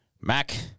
Mac